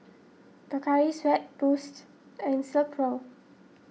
Pocari Sweat Boost and Silkpro